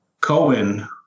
Cohen